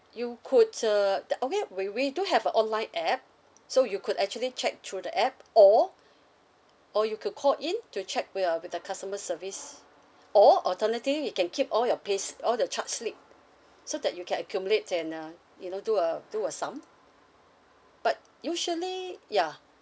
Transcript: you could uh ya okay we we do have a online app so you could actually check through the app or or you could call in to check with a with the customer service or alternatively you can keep all your pays all the charge slip so that you can accumulate and uh you know do uh do a sum but usually yeah